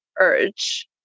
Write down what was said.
urge